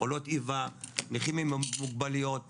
פעולות איבה נכים עם מוגבלויות,